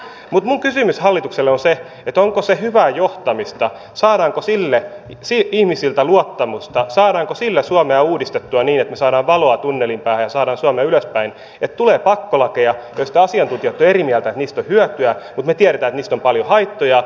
mutta minun kysymykseni hallitukselle on se onko se hyvää johtamista saadaanko sille ihmisiltä luottamusta saadaanko sillä suomea uudistettua niin että me saamme valoa tunnelin päähän ja saamme suomea ylöspäin että tulee pakkolakeja joista asiantuntijat ovat eri mieltä että niistä on hyötyä mutta me tiedämme että niistä on paljon haittoja